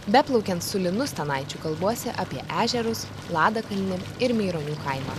beplaukiant su linu stanaičiu kalbuosi apie ežerus ladadakalnį ir meironių kaimą